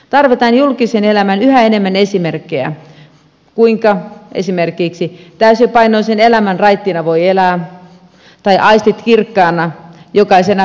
tarvitaan julkiseen elämään yhä enemmän esimerkkejä kuinka esimerkiksi täysipainoisen elämän raittiina voi elää tai aistit kirkkaana jokaisena päivänä